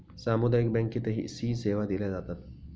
सामुदायिक बँकेतही सी सेवा दिल्या जातात